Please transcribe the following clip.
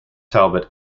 talbot